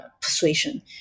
persuasion